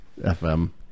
FM